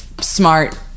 smart